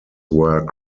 were